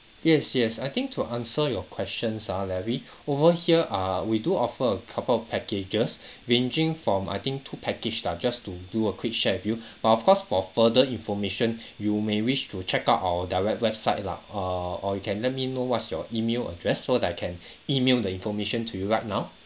yes yes I think to answer your questions ah larry over here err we do offer a couple of packages ranging from I think two package ah just to do a quick share with you but of course for further information you may wish to check out our direct website lah err or you can let me know what's your email address so that I can email the information to you right now